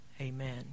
amen